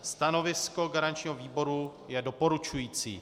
Stanovisko garančního výboru je doporučující.